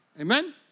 Amen